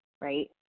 right